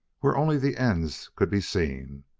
where only the ends could be seen,